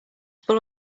full